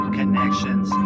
connections